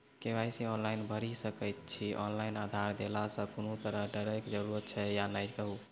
KYC online भैरि सकैत छी, ऑनलाइन आधार देलासॅ कुनू तरहक डरैक जरूरत छै या नै कहू?